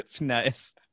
Nice